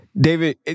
david